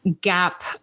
gap